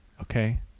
okay